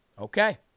Okay